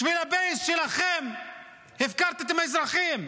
בשביל הבייס שלכם הפקרתם אזרחים.